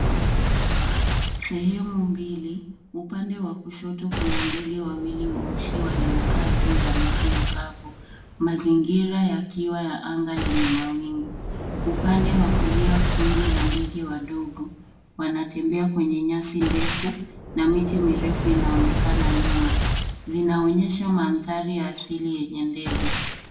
Sehemu mbili; Upande wa kushoto kuna ndege wawili weusi waliokaa juu ya mti mkavu mazingira yakiwa ya anga lenye mawingu. Upande wa kulia, kundi la ndege wadogo wanatembea kwenye nyasi ndefu na miti mirefu inaonekana nyuma. Zinaonyesha mandhari ya asili yenye ndege.